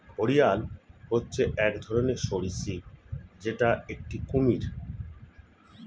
ঘড়িয়াল হচ্ছে এক ধরনের সরীসৃপ যেটা একটি কুমির